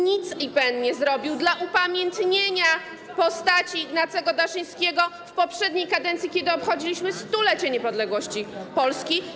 Nic IPN nie zrobił dla upamiętnienia postaci Ignacego Daszyńskiego w poprzedniej kadencji, kiedy obchodziliśmy stulecie niepodległości Polski.